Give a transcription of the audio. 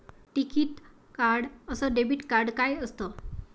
टिकीत कार्ड अस debit card काय असत?